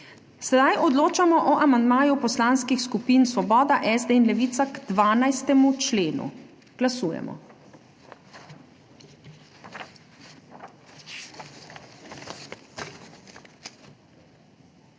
Sedaj odločamo o amandmaju poslanskih skupin Svoboda, SD in Levica k 12. členu. Glasujemo.